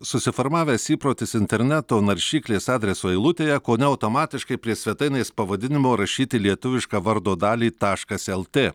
susiformavęs įprotis interneto naršyklės adreso eilutėje kone automatiškai prie svetainės pavadinimo rašyti lietuvišką vardo dalį taškas lt